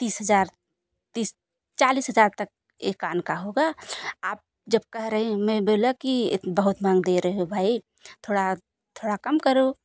तीस हज़ार तीस चालीस हज़ार तक एक कान का होगा आप जब कह रही हो मैं बोला कि इत बहुत महंगा दे रहे हो भाई और थोड़ा थोड़ा कम करो